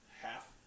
half